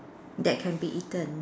that can be eaten